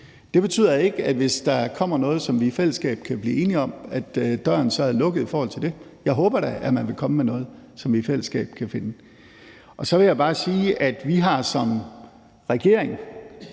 Det betyder ikke, at hvis der kommer noget, som vi i fællesskab kan blive enige om, så er døren lukket i forhold til det. Jeg håber da, at man vil komme med noget, som vi i fællesskab kan finde enighed om. Og så vil jeg bare sige, at vi har som regering